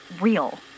real